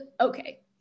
Okay